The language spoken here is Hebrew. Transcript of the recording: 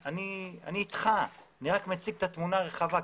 אני איתך, אני רק מציג את התמונה הרחבה.